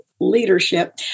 leadership